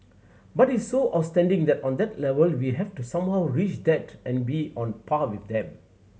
but it is so outstanding that on that level we have to somehow reach that and be on par with them